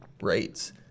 rates